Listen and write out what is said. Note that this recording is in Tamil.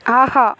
ஆஹா